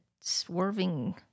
swerving